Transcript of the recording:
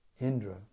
Indra